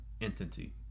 entity